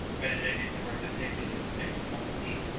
benedict endured the tickling of the six small feet,